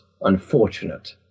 unfortunate